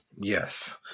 Yes